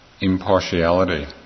impartiality